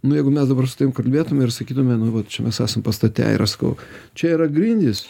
nu jeigu mes dabar su tavim kalbėtume ir sakytume nu vat čia mes esam pastate ir aš sakau čia yra grindys